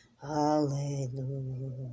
hallelujah